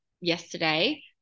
yesterday